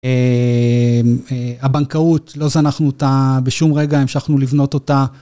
אה.. הבנקאות, לא זנחנו אותה בשום רגע, המשכנו לבנות אותה.